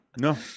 No